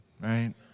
right